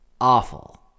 awful